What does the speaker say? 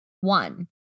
one